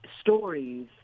stories